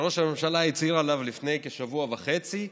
שראש הממשלה הצהיר עליו לפני כשבוע וחצי,